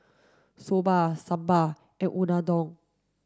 Soba Sambar and Unadon